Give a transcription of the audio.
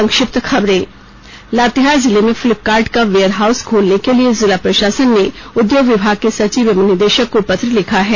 संक्षिप्त खबरें लातेहार जिले में फ्लिपकार्ट का वेयर हाउस खोलने के लिए जिला प्रशासन ने उद्योग विभाग के सचिव एवं निदेशक को पत्र लिखा है